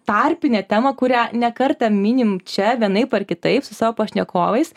tarpinę temą kurią ne kartą minim čia vienaip ar kitaip su savo pašnekovais